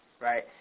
Right